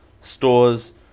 stores